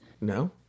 No